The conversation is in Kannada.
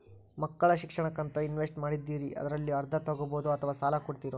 ಮಕ್ಕಳ ಶಿಕ್ಷಣಕ್ಕಂತ ಇನ್ವೆಸ್ಟ್ ಮಾಡಿದ್ದಿರಿ ಅದರಲ್ಲಿ ಅರ್ಧ ತೊಗೋಬಹುದೊ ಅಥವಾ ಸಾಲ ಕೊಡ್ತೇರೊ?